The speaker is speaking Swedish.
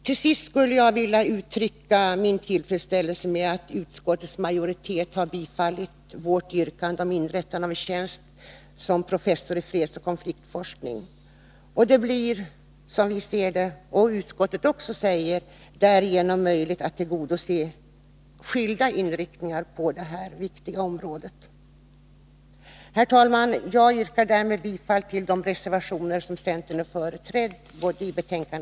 Till sist skulle jag vilja uttrycka min tillfredsställelse över att utskottets majoritet tillstyrkt vårt yrkande om inrättande av en tjänst som professor i fredsoch konfliktforskning. Det blir, som utskottet också säger, därigenom möjligt att tillgodose skilda inriktningar inom detta viktiga område. Herr talman! Jag yrkar bifall till de reservationer där centern är företrädd och i övrigt bifall till utskottets hemställan.